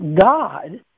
God